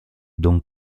don